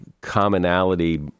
commonality